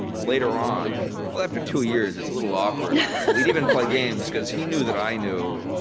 later on well, after two years, it's a little awkward. we'd even play games, because he knew that i knew,